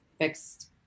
fixed